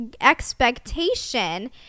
expectation